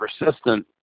persistent